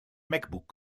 macbook